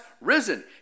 risen